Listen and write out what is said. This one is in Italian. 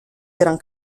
eran